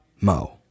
Mo